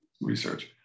research